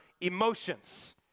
emotions